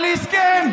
על הסכם,